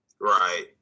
Right